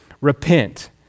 Repent